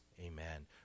Amen